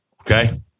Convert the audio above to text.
Okay